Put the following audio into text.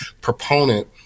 proponent